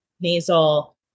nasal